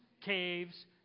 caves